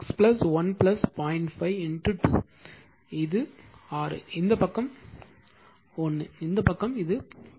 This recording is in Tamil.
5 2 இது 6 இந்த பக்கம் 1 இந்த பக்கம் இது 0